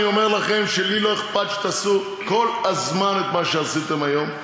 אני אומר לכם שלי לא אכפת שתעשו כל הזמן את מה שעשיתם היום,